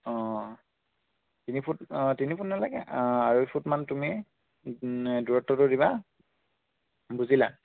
অ তিনিফুট তিনিফুট নেলাগে আঢ়ৈফুটমান তুমি দূৰত্বটো দিবা বুজিলা